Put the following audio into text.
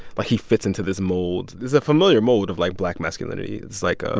but he fits into this mold. there's a familiar mold of, like, black masculinity. it's like. ah